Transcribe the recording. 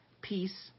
peace